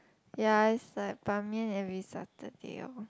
ya it's like ban mian every Saturday lor